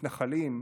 מתנחלים,